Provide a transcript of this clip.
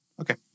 Okay